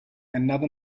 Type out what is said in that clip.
another